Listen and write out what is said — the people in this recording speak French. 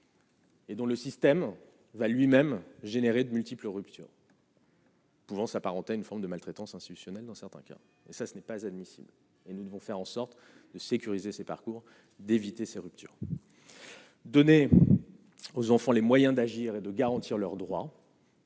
Et dont le système va lui-même généré de multiples ruptures. Pouvant s'apparenter à une forme de maltraitance institutionnelle dans certains cas, ça ce n'est pas admissible et nous devons faire en sorte de sécuriser ces parcours d'éviter ces ruptures : donner aux enfants les moyens d'agir et de garantir leurs droits.